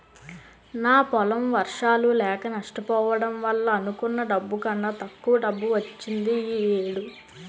నా పొలం వర్షాలు లేక నష్టపోవడం వల్ల అనుకున్న డబ్బు కన్నా తక్కువ డబ్బు వచ్చింది ఈ ఏడు